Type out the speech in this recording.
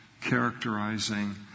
characterizing